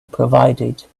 provided